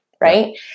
right